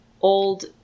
old